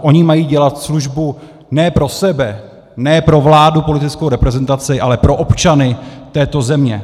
Oni mají dělat službu ne pro sebe, ne pro vládu, politickou reprezentaci, ale pro občany této země.